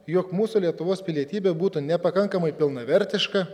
jog mūsų lietuvos pilietybė būtų nepakankamai pilnavertiška